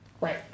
right